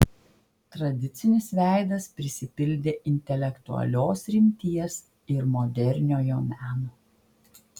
tradicinis veidas prisipildė intelektualios rimties ir moderniojo meno